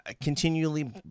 continually